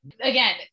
again